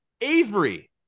Avery